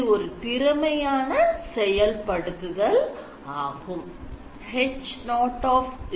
இது ஓர் திறமையான செயல்படுத்துதல் ஆகும்